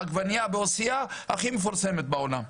העגבנייה של עוספיה היא הכי מפורסמת בעולם,